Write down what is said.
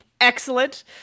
Excellent